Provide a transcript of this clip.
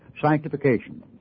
sanctification